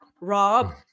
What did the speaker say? Rob